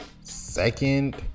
second